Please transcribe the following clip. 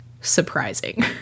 surprising